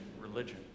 religion